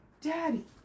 Daddy